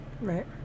right